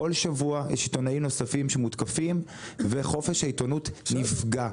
כל שבוע יש עיתונאים נוספים שמותקפים וחופש העיתונות נפגע.